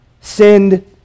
send